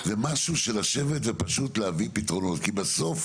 זה משהו של לשבת ופשוט להביא פתרונות כי בסוף